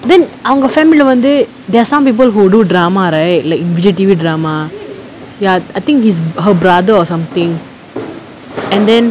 then அவங்க:avanga family lah வந்து:vanthu there some people who do drama right like vijay T_V drama ya I think he's her brother or something and then